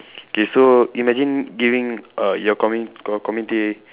okay so imagine giving uh your commu~ co~ community